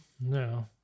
No